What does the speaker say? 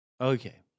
Okay